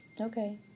okay